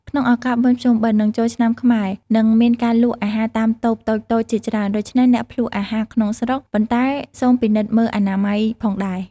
ក្នុងឱកាសបុណ្យភ្ជុំបិណ្ឌ និងចូលឆ្នាំខ្មែរ នឹងមានការលក់អាហារតាមតូបតូចៗជាច្រើន ដូច្នេះអ្នកភ្លក់អាហារក្នុងស្រុក ប៉ុន្តែសូមពិនិត្យមើលអនាម័យផងដែរ។